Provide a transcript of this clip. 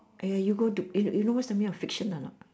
!aiya! you go to you you know what's the meaning of fiction or not